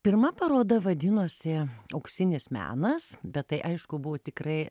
pirma paroda vadinosi auksinis menas bet tai aišku buvo tikrai